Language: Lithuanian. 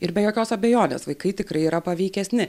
ir be jokios abejonės vaikai tikrai yra paveikesni